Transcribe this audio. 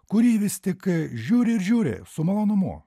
kurį vis tik žiūri ir žiūri su malonumu